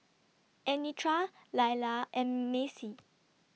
Anitra Laila and Maci